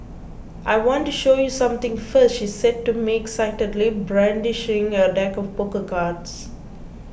I want to show you something first she said to me excitedly brandishing a deck of poker cards